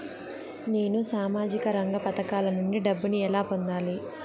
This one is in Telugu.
నేను సామాజిక రంగ పథకాల నుండి డబ్బుని ఎలా పొందాలి?